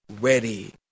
ready